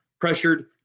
pressured